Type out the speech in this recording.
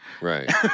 Right